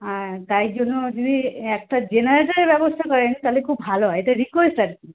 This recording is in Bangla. আর তাই জন্য দিদি একটা জেনারেটারের ব্যবস্থা করেন তাহলে খুব ভালো হয় এটা রিকোয়েস্ট আর কি